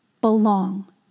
belong